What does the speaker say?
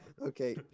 Okay